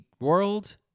World